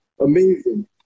Amazing